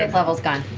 and level's gone,